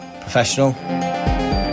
professional